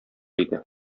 иде